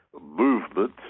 movement